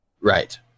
Right